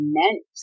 meant